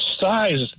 size